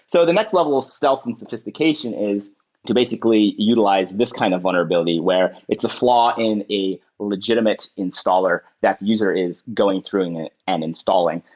so the next level, stealth and sophistication, is to basically utilize this kind of vulnerability where it's a flaw in a legitimate installer that user is going through and installing.